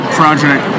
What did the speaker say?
project